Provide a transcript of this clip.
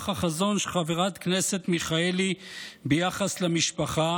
החזון של חברת הכנסת מיכאלי ביחס למשפחה?